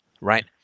Right